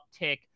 uptick